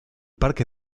parque